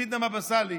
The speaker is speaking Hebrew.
סידנא בבא סאלי,